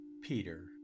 Peter